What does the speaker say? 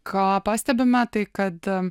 ką pastebime tai kad